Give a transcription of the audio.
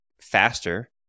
faster